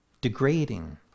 degrading